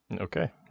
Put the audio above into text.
okay